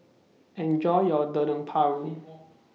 Enjoy your Dendeng Paru